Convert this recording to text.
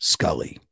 Scully